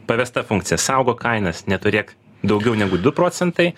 pavesta funkcija saugok kainas neturėk daugiau negu du procentai